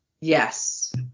Yes